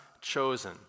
chosen